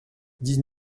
dix